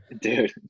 dude